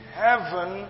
heaven